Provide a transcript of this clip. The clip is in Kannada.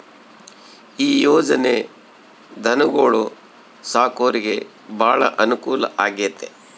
ಈ ಯೊಜನೆ ಧನುಗೊಳು ಸಾಕೊರಿಗೆ ಬಾಳ ಅನುಕೂಲ ಆಗ್ಯತೆ